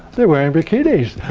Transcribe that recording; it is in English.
they're wearing bikinis.